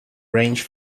range